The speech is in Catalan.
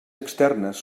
externes